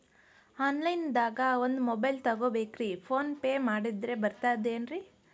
Online ದಾಗ ಒಂದ್ mobile ತಗೋಬೇಕ್ರಿ ಫೋನ್ ಪೇ ಮಾಡಿದ್ರ ಬರ್ತಾದೇನ್ರಿ?